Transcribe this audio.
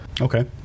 Okay